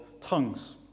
tongues